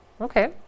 Okay